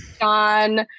John